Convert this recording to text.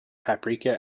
paprika